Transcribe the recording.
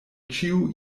ĉiuj